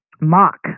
mock